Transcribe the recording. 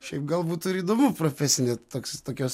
šiaip gal būtų ir įdomu profesinė toks tokios